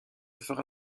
fera